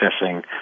accessing